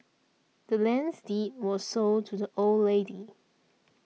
the land's deed was sold to the old lady